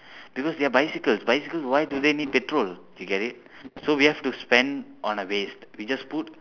because they are bicycles bicycles why do they need petrol you get it so we have to spend on a waste we just put